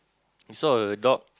I saw a dog